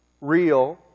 Real